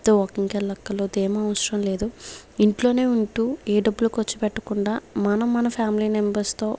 తో వాకింగ్ కి వెళ్ళక్కర్లేదు ఏమవసరం లేదు ఇంట్లోనే ఉంటూ ఏ డబ్బులు ఖర్చుపెట్టకుండా మనం మన ఫ్యామిలీ మెంబర్స్ తో